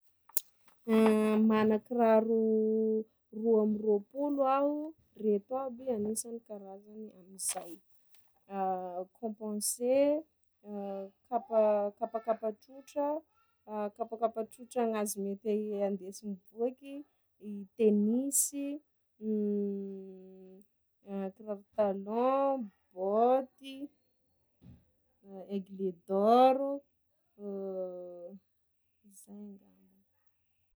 Mana kiraro roa ambiroa-polo aho, reto avy anisany karazany amin'izay: compense, kapa kapakapa trotra, kapakapa trotra hoazon'ny te iha e andesi mivôky, i tenisy kiravy talôha, baoty, aigle d'or, zay angambany.